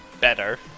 better